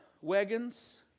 wagons